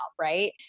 Right